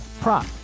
prop